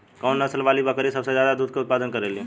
कौन से नसल वाली बकरी सबसे ज्यादा दूध क उतपादन करेली?